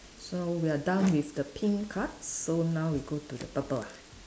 so we are done with the pink cards so now we go to the purple one